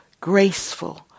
graceful